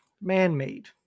man-made